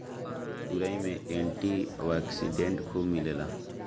तुरई में antioxidant खूब मिलेला